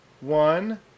one